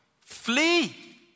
flee